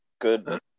good